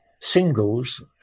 singles